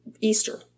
Easter